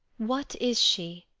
what is she,